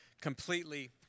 completely